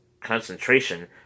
concentration